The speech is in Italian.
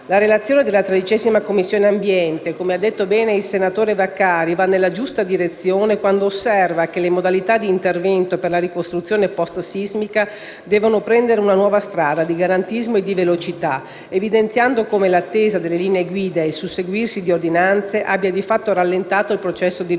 La relazione della 13a Commissione - come ha detto bene il senatore Vaccari - va nella giusta direzione quando osserva che le modalità di intervento per la ricostruzione *post* sismica devono prendere una nuova strada di garantismo e di velocità, evidenziando come l'attesa delle linee guida e il susseguirsi di ordinanze abbia di fatto rallentato il processo di ricostruzione